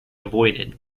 avoided